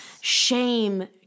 shame